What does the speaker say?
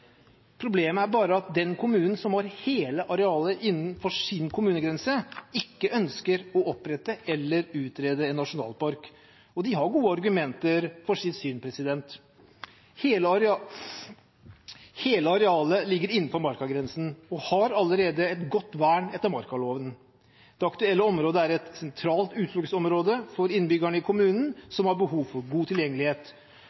Problemet er bare at den kommunen som har hele arealet innenfor sin kommunegrense, ikke ønsker å opprette eller utrede en nasjonalpark, og de har gode argumenter for sitt syn. Hele arealet ligger innenfor markagrensen og har allerede et godt vern etter markaloven. Det aktuelle området er et sentralt utfluktsområde for innbyggerne i kommunen